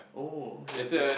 oh okay okay